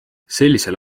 sellisel